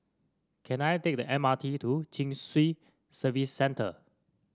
can I take the M R T to Chin Swee Service Centre